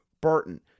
Burton